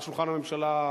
על שולחן הכנסת,